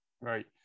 Right